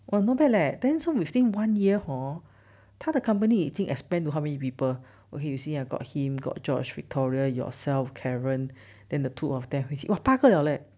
!wah! not bad leh then so within one year hor 他的 company 已经 expand to how many people okay you see ah got him got george victoria yourself karen then the two of them !wah! 八个了 leh